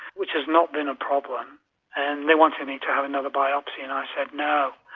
which has not been a problem and they wanted me to have another biopsy and i said no.